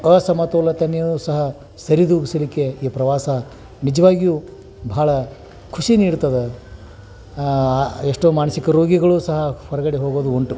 ಅಸಮತೋಲತೆನೂ ಸಹ ಸರಿದೂಗಿಸಲಿಕ್ಕೆ ಈ ಪ್ರವಾಸ ನಿಜವಾಗಿಯೂ ಭಾಳ ಖುಷಿ ನೀಡ್ತದೆ ಎಷ್ಟೋ ಮಾನ್ಸಿಕ ರೋಗಿಗಳು ಸಹ ಹೊರಗಡೆ ಹೋಗೋದು ಉಂಟು